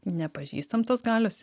nepažįstam tos galios